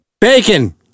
Bacon